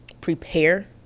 prepare